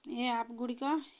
ଏ ଆପ୍ଗୁଡ଼ିକ